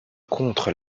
contre